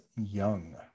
young